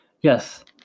Yes